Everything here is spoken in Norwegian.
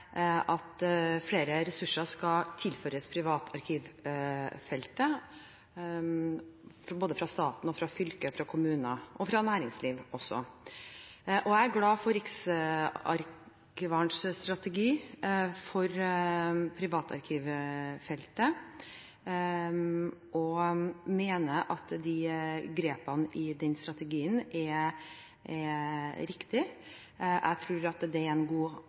at flere ressurser skal tilføres privatarkivfeltet fra både staten, fylker og kommuner – og fra næringslivet. Jeg er glad for Riksarkivarens strategi for privatarkivfeltet og mener at grepene i den strategien er riktige. Jeg tror at den arbeidsdelingen og den samordningen også vil føre videre til en styrking av private arkiver. Dermed er